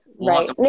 right